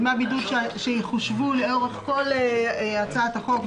דמי הבידוד שיחושבו לאורך כל הצעת החוק,